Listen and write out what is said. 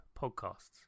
podcasts